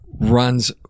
runs